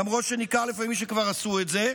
למרות שניכר לפעמים שכבר עשו את זה,